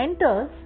enters